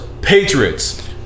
Patriots